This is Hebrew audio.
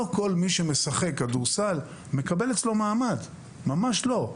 לא כל מי שמשחק כדורסל מקבל מעמד, ממש לא.